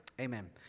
Amen